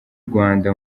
rwanda